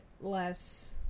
less